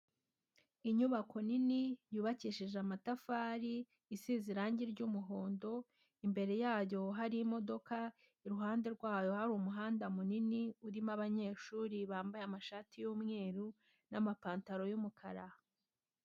Inyubako nini yubakishije amatafari isize irange ry'umuhondo, imbere yayo hari imodoka iruhande rwayo hari umuhanda munini urimo abanyeshuri bambaye amashati y'umweru n'amapantaro y'umukara.